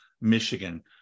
michigan